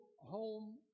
home